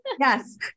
Yes